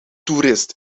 toerist